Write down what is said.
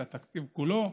בתקציב כולו.